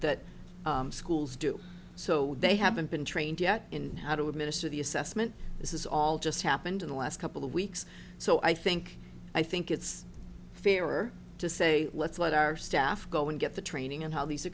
that schools do so they haven't been trained yet in how to administer the assessment this is all just happened in the last couple of weeks so i think i think it's fair to say let's let our staff go and get the training in how these